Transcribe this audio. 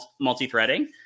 multi-threading